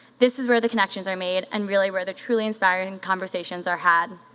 this is where the connections are made and really where the truly inspiring conversations are had.